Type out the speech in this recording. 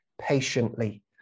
patiently